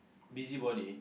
busybody